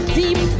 deep